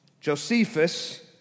Josephus